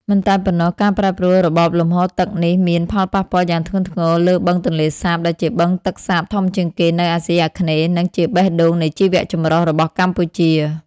មិនតែប៉ុណ្ណោះ ការប្រែប្រួលរបបលំហូរទឹកនេះមាន ផលប៉ះពាល់យ៉ាងធ្ងន់ធ្ងរលើបឹងទន្លេសាប ដែលជាបឹងទឹកសាបធំជាងគេនៅអាស៊ីអាគ្នេយ៍ និងជាបេះដូងនៃជីវៈចម្រុះរបស់កម្ពុជា។